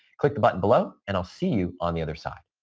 click the button below and i'll see you on the other side.